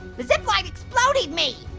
zipline exploded me!